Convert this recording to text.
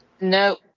No